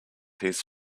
his